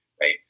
right